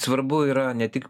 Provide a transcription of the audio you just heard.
svarbu yra ne tik